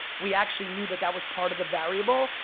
we actually knew that that was part of the variable,